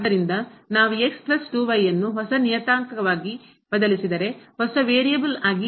ಆದ್ದರಿಂದ ನಾವು ಪ್ಲಸ್ 2 ಅನ್ನು ಹೊಸ ನಿಯತಾಂಕವಾಗಿ ಬದಲಿಸಿದರೆ ಹೊಸ ವೇರಿಯಬಲ್ ಆಗಿ